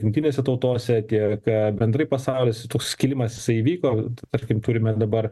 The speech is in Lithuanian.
jungtinėse tautose tiek bendrai pasaulis toks skilimas įvyko tarkim turime dabar